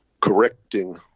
correcting